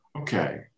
okay